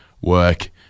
work